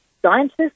scientists